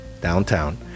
downtown